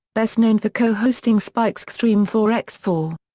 best known for co-hosting spike's xtreme four x four.